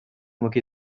moquer